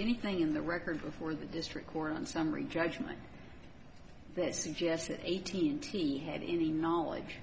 anything in the record before the district court on summary judgment that suggested eighteen team had any knowledge